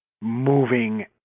moving